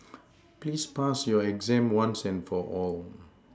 please pass your exam once and for all